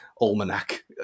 almanac